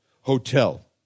Hotel